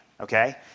okay